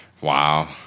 wow